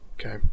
Okay